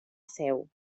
seu